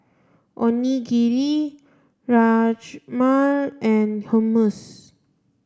Onigiri Rajma and Hummus